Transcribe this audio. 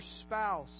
spouse